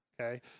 okay